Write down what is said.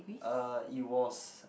uh it was